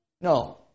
No